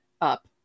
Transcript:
up